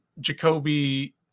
Jacoby